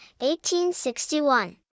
1861